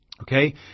Okay